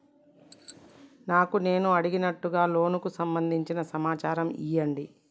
నాకు నేను అడిగినట్టుగా లోనుకు సంబందించిన సమాచారం ఇయ్యండి?